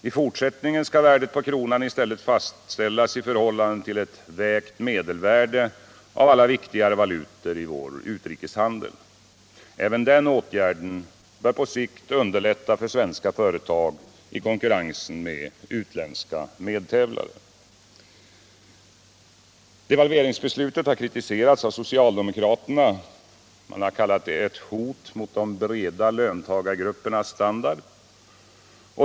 I fortsättningen skall värdet på kronan i stället fastställas i förhållande till ett vägt medelvärde av alla viktigare valutor i vår utrikeshandel. Även den åtgärden bör på sikt underlätta för svenska företag i konkurrensen med utländska medtävlare. Devalveringsbeslutet har kritiserats av socialdemokraterna. Det har kallats ett hot mot de breda löntagargruppernas standard.